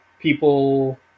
people